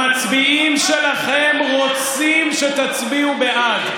המצביעים שלכם רוצים שתצביעו בעד.